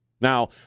Now